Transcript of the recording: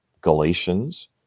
Galatians